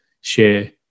share